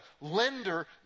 lender